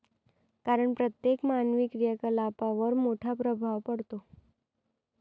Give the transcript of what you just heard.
कारण प्रत्येक मानवी क्रियाकलापांवर मोठा प्रभाव पडतो